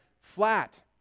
flat